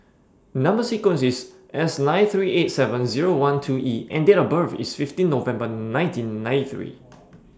Number sequence IS S nine three eight seven Zero one two E and Date of birth IS fifteen November nineteen ninety three